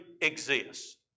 exist